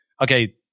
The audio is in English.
okay